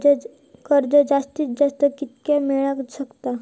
कर्ज जास्तीत जास्त कितक्या मेळाक शकता?